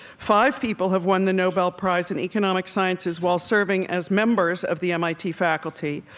five people have won the nobel prize in economic sciences, while serving as members of the mit faculty.